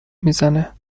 میزنه